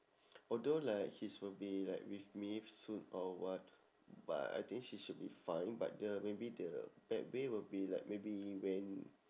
although like his will be like with me soon or what but I think she should be fine but the maybe the bad way will be like maybe when